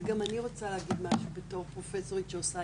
גם אני רוצה להגיד משהו בתור פרופסורית שעושה